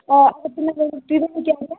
آ